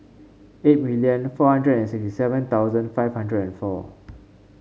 eight million four hundred and sixty seven thousand five hundred and four